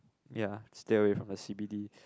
ya stay away from the C_B_D